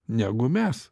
negu mes